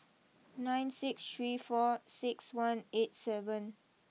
nine six three four six one eight seven